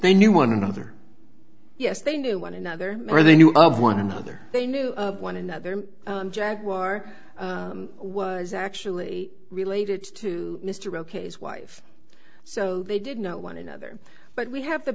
they knew one another yes they knew one another or they knew of one another they knew of one another jaguar was actually related to mr oks wife so they did not want another but we have the